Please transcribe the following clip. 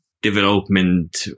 development